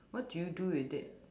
what do you do with it